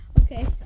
okay